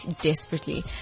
desperately